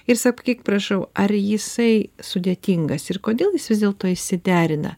ir sakyk prašau ar jisai sudėtingas ir kodėl jis vis dėlto išsiderina